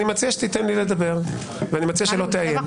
אני מציע שתיתן לי לדבר, ואני מציע שלא תאיים.